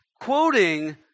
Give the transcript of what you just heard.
quoting